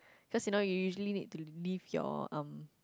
just you know you your usually need to leave your um